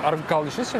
ar gal išvis čia